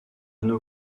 nos